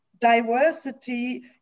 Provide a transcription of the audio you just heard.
diversity